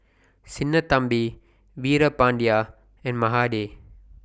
Sinnathamby Veerapandiya and Mahade